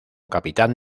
capitán